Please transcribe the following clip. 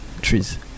trees